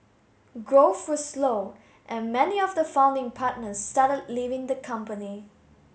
growth was slow and many of the founding partners started leaving the company